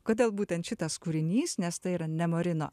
kodėl būtent šitas kūrinys nes tai yra nemarino